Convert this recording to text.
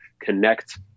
connect